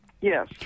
Yes